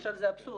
עכשיו, זה אבסורד.